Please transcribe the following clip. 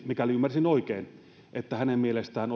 mikäli ymmärsin oikein hänen mielestään